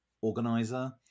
Organizer